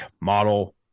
model